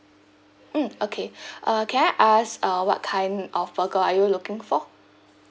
mm okay uh can I ask uh what kind of burger are you looking for